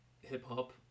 hip-hop